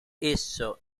esso